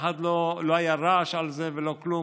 לא היה רעש על זה ולא כלום.